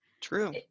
True